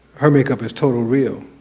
her makeup is total real.